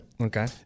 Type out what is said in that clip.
okay